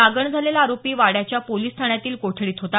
लागण झालेला आरोपी वाड्याच्या पोलिस ठाण्यातील कोठडीत होता